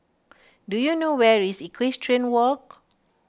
do you know where is Equestrian Walk